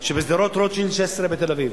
שבשדרות רוטשילד 16 בתל-אביב.